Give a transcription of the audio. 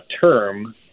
term